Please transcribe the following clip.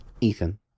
Ethan